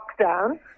lockdown